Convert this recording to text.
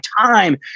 time